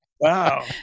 Wow